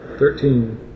Thirteen